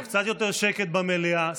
קצת יותר שקט במליאה.